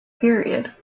period